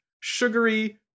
sugary